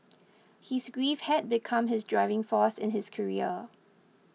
his grief had become his driving force in his career